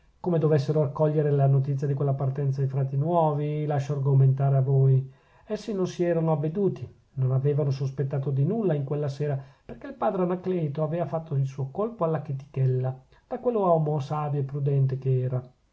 come dovessero accogliere la notizia di quella partenza i frati nuovi lascio argomentare a voi essi non si erano avveduti non avevano sospettato di nulla in quella sera perchè il padre anacleto avea fatto il suo colpo alla chetichella da quell'uomo savio e prudente che era